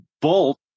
bolt